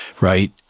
right